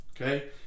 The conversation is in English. Okay